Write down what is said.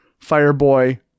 Fireboy